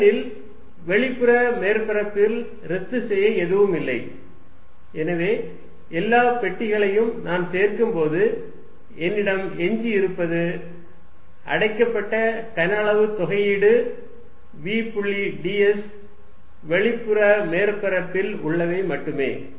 ஏனெனில் வெளிப்புற மேற்பரப்பில் ரத்து செய்ய எதுவும் இல்லை எனவே எல்லா பெட்டிகளையும் நான் சேர்க்கும்போது என்னிடம் எஞ்சியிருப்பது அடைக்கப்பட்ட கன அளவு தொகையீடு v புள்ளி ds வெளிப்புற மேற்பரப்பில் உள்ளவை மட்டுமே